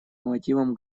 мотивам